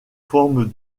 forme